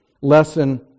lesson